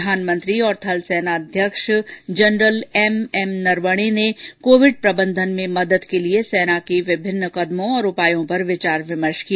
प्रधानमंत्री और थलसेना अध्यक्ष एमएम नरवणे ने कोविड प्रबन्धन में मदद के लिए सेना की विभिन्न कदमों और उपायों पर विचार विमर्श किया